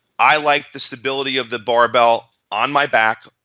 i like the stability of the barbell on my back.